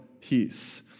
peace